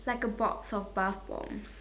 like a box of bath bombs